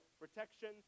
protection